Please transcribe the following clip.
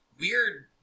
weird